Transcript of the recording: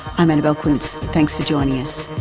i'm annabelle quince thanks for joining us